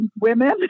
women